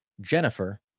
Jennifer